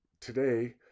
today